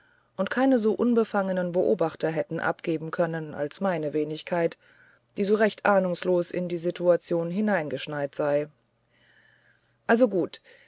und keine so unbefangene beobachter hätten abgeben können wie meine wenigkeit die so recht ahnungslos in die situation hineingeschneit sei also gut